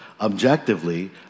objectively